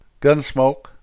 Gunsmoke